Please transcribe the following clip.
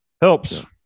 Helps